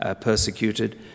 persecuted